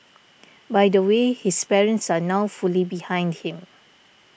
by the way his parents are now fully behind him